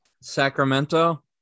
Sacramento